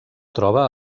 troba